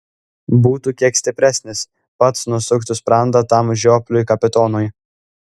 būtų kiek stipresnis pats nusuktų sprandą tam žiopliui kapitonui